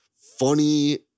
funny